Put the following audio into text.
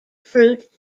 fruit